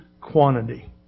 quantity